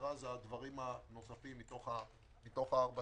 והיתרה זה הדברים הנוספים מתוך ה-4.2.